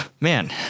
man